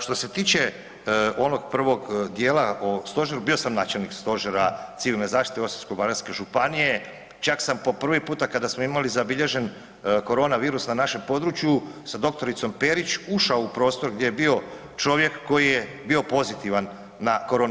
Što se tiče onog prvog dijela o stožeru, bio sam načelnik stožera civilne zaštite Osječko-baranjske županije, čak sam po prvi puta kada smo imali zabilježen korona virus na našem području sa dr. Perić ušao u prostor gdje je bio čovjek koji je bio pozitivan na koronu.